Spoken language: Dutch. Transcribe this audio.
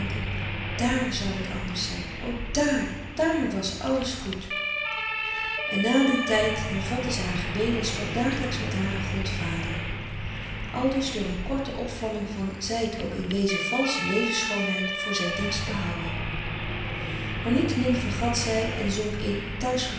zou t anders zijn o dààr dààr was alles goed en na dien tijd hervatte ze haar gebeden en sprak dagelijks met haren god vader aldus door een korte opvlamming van zij het ook in wezen valsche levensschoonheid voor zijn dienst behouën maar niettemin vergat zij en zonk